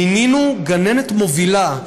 ומינינו גננת מובילה,